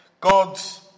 God's